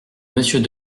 monsieur